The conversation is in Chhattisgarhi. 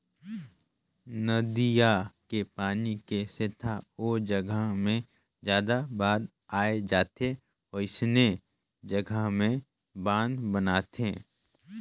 नदिया के पानी के सेथा ओ जघा मे जादा बाद आए जाथे वोइसने जघा में बांध बनाथे